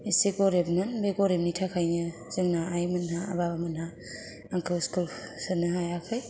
एसे गरिब मोन बे गरिबनि थाखायनो जोंना आइमोनहा बाबामोनहा आंखौ स्कुल सोनो हायाखै